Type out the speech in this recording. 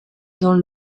dans